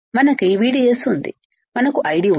మనకు VDS ఉంది మనకు ID ఉంది